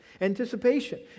Anticipation